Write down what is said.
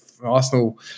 arsenal